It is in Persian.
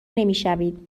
نمیشوید